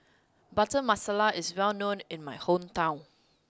Butter Masala is well known in my hometown